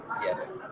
Yes